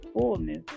fullness